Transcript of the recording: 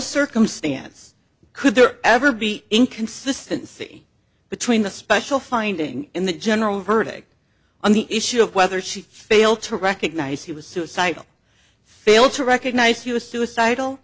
circumstance could there ever be inconsistency between the special finding in the general verdict on the issue of whether she failed to recognise he was suicidal failed to recognise he was suicidal